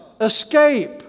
escape